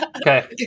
Okay